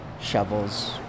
shovels